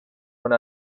one